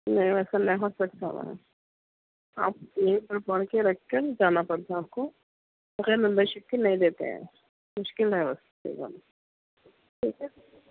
نہیں ویسا نہیں ہو سکتا آپ یہیں پر پڑھ کے رکھ کر جانا پڑتا آپ کو بغیر ممبر شپ کے نہیں دیتے ہیں مشکل ہے بس ٹھیک ہے